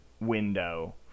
window